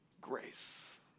grace